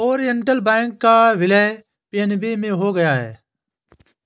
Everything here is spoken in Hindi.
ओरिएण्टल बैंक का विलय पी.एन.बी में हो गया है